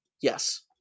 Yes